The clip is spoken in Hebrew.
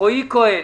רועי כהן,